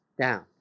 down